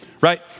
Right